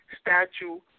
statue